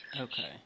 okay